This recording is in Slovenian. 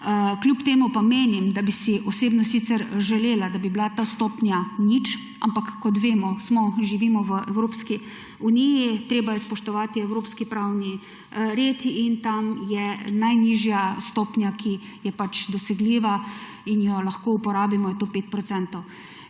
Kljub temu pa menim, da bi si osebno sicer želela, da bi bila ta stopnja nič, ampak kot vemo, smo, živimo v Evropski uniji, treba je spoštovati evropski pravni red in tam je najnižja stopnja, ki je pač dosegljiva in jo lahko uporabimo, je to 5